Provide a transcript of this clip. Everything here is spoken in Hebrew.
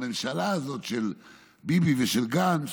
לממשלה הזאת של ביבי ושל גנץ,